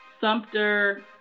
Sumter